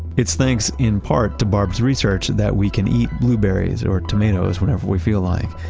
it's thanks, in part, to barb's research that we can eat blueberries or tomatoes whenever we feel like.